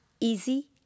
easy